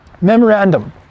Memorandum